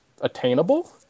attainable